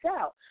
out